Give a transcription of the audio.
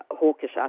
hawkish